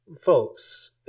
folks